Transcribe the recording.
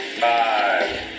five